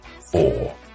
four